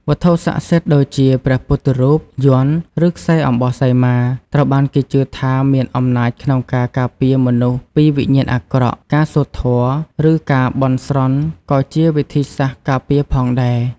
វត្ថុស័ក្តិសិទ្ធិដូចជាព្រះពុទ្ធរូប យ័ន្ត ឫខ្សែអំបោះសីមា ត្រូវបានគេជឿថាមានអំណាចក្នុងការការពារមនុស្សពីវិញ្ញាណអាក្រក់ ការសូត្រធម៌ ឬការបន់ស្រន់ក៏ជាវិធីសាស្រ្តការពារផងដែរ។